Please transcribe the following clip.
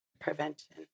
Prevention